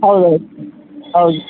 ಹೌದು ಹೌದು ಹೌದು